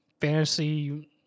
fantasy